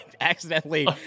accidentally